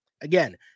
Again